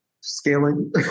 Scaling